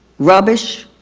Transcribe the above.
rubbish,